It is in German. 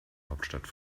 hauptstadt